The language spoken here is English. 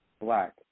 black